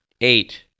Eight